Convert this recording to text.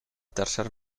tercer